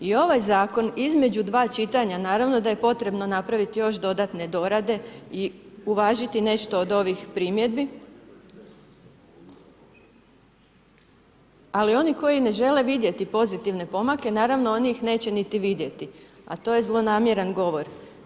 I ovaj zakon između dva čitanja naravno da je potrebno napravit još dodatne dorade i uvažiti nešto od ovih primjedbi, ali oni koji ne žele vidjeti pozitivne pomake, naravno oni ih neće niti vidjeti, a to je zlonamjeran govor.